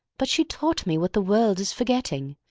but she taught me what the world is forgetting,